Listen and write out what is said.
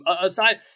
Aside